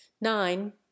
nine